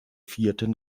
vierten